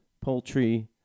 poultry